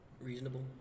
reasonable